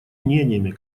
мнениями